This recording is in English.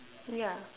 ya